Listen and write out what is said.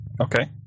Okay